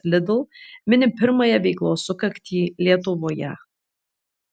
lidl mini pirmąją veiklos sukaktį lietuvoje